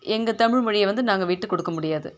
எங்கள் தமிழ் மொழியை வந்து நாங்கள் விட்டுக்கொடுக்க முடியாது